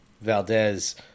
Valdez